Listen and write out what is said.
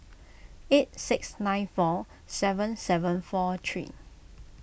eight six nine four seven seven four three